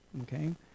Okay